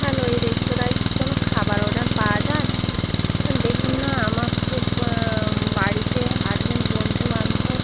hello এই রেস্তোরাঁয় কি কোনো খাবার অর্ডার পাওয়া যায় দেখুন না আমার খুব বাড়িতে আর্জেন্ট বন্ধু বান্ধব